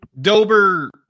Dober